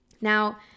Now